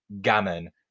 gammon